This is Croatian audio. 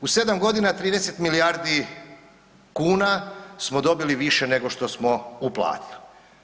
U 7 godina 30 milijardi kuna smo dobili više nego što smo uplatili.